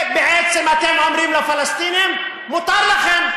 בעצם אתם אומרים לפלסטינים: מותר לכם,